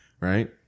right